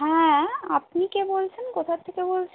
হ্যাঁ আপনি কে বলছেন কোথা থেকে বলছেন